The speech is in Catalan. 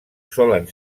solen